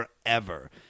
forever